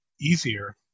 easier